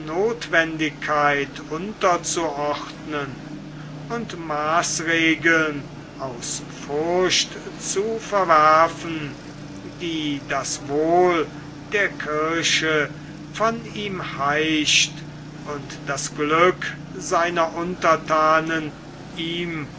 notwendigkeit unterzuordnen und maßregeln aus furcht zu verwerfen die das wohl der kirche von ihm heischt und das glück seiner unterthanen ihm